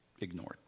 ignored